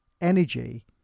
energy